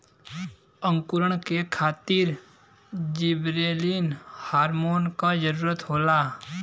अंकुरण के खातिर जिबरेलिन हार्मोन क जरूरत होला